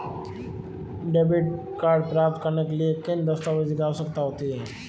Debit card प्राप्त करने के लिए किन दस्तावेज़ों की आवश्यकता होती है?